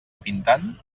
pintant